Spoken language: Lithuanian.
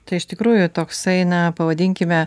tai iš tikrųjų toksai na pavadinkime